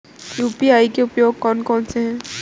UPI के उपयोग कौन कौन से हैं?